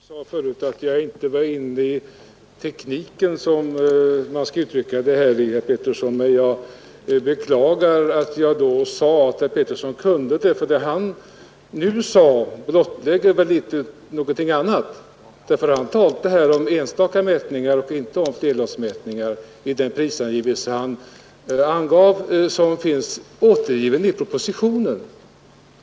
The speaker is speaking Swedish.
Herr talman! Jag sade förut att jag inte var inne i taxetekniken, herr Petersson i Nybro. Men jag beklagar att jag framhöll att herr Petersson kunde dessa saker. Vad han nu sade blottlade någonting annat. Han talade nämligen här om enstaka förrättningar och inte om flerlottsförrättningar, och den prisangivelse han gjorde återfinns i propositionen.